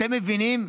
אתם מבינים?